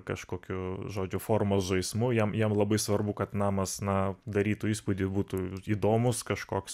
kažkokių žodžių formos žaismu jam jam labai svarbu kad namas na darytų įspūdį būtų įdomūs kažkoks